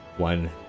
One